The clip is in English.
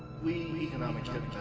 we economic hit